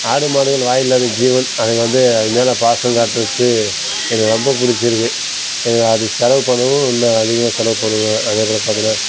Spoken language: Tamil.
ஆடு மாடுகள் வாயில்லாத ஜீவன் அதுங்க வந்து அது மேல பாசம் காட்டுறது எனக்கு ரொம்ப பிடிச்சிருக்கு எனக்கு அதுக்கு செலவு பண்ணவும் இன்னும் அதிகமாக செலவு பண்ணுவேன் அதே போல பார்த்தீங்கன்னா